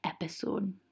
episode